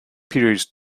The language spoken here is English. peerage